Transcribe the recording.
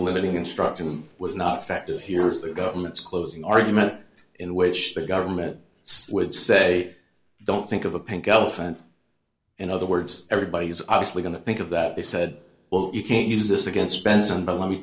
limiting instruction was not affected here is the government's closing argument in which the government would say don't think of a pink elephant in other words everybody is obviously going to think of that they said well you can't use this against spence and co let me